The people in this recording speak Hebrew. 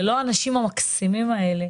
ללא האנשים המקסימים האלה,